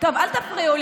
לא נפריע לך.